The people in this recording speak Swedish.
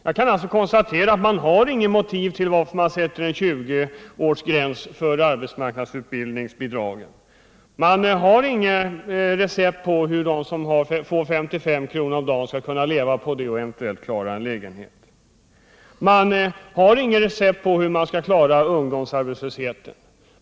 Jag kan alltså konstatera att man inte har några motiv för 20 årsgränsen för arbetsmarknadsutbildningsbidraget. Man har inget recept på hur de som får 55 kr. om dagen skall kunna leva på det och eventuellt klara en lägenhet. Man har inget recept på hur man skall kunna klara ungdomsarbetslösheten.